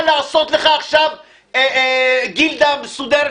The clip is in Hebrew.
אני לא אתן לך לעשות לך עכשיו גילדה מסודרת.